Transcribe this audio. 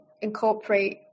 incorporate